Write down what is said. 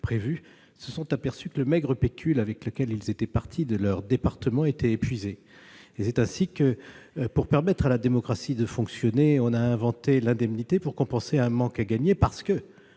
prévu, se sont aperçus que le maigre pécule avec lequel ils avaient quitté leur département était épuisé. Afin de permettre à la démocratie de fonctionner, on a ainsi inventé l'indemnité pour compenser un manque à gagner. La